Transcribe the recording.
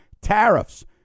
tariffs